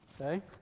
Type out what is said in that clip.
Okay